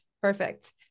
perfect